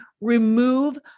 remove